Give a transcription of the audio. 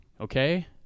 okay